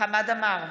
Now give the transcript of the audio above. חמד עמאר,